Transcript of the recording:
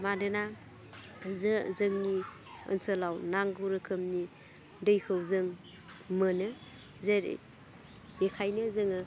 मानोना जों जोंनि ओनसोलाव नांगौ रोखोमनि दैखौ जों मोनो जेरै बेखायनो जोङो